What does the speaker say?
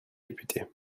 député